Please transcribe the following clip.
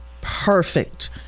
perfect